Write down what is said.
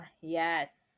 yes